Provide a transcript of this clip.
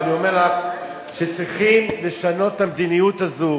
אני אומר לך שצריכים לשנות את המדיניות הזאת,